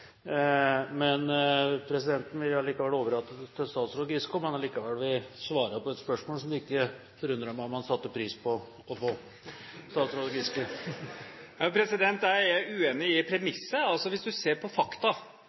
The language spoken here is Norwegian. Men presidenten vil allikevel overlate til statsråd Giske om han vil svare på et spørsmål som det ikke forundrer meg om han satte pris på å få. Jeg er uenig i premisset. Hvis man ser på fakta